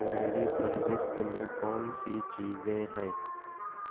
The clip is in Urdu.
میری فہرست میں کون سی چیزیں ہیں